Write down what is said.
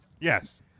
Yes